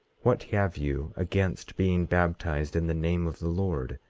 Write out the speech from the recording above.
what have you against being baptized in the name of the lord,